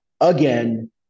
again